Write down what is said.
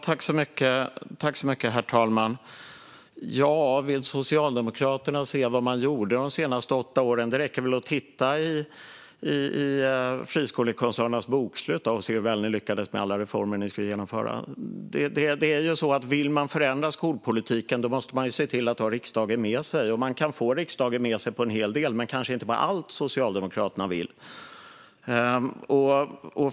Herr talman! Om Socialdemokraterna vill se vad de gjorde de åtta åren räcker det väl att titta i friskolekoncernernas bokslut för att se hur väl de lyckades med alla reformer de skulle genomföra. Om man vill förändra skolpolitiken måste man se till att ha riksdagen med sig. Man kan få riksdagen med sig på en hel del, men kanske inte på allt som Socialdemokraterna vill.